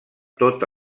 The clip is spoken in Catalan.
tota